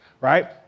right